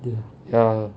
ya ya